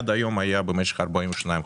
עד היום היה במשך 42 חודשים.